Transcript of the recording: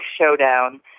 showdown